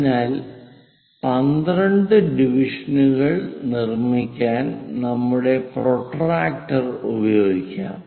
അതിനാൽ 12 ഡിവിഷനുകൾ നിർമ്മിക്കാൻ നമ്മുടെ പ്രൊട്ടക്റ്റർ ഉപയോഗിക്കാം